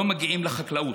לא מגיעים לחקלאות.